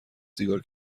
سیگار